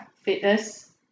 fitness